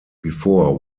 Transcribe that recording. before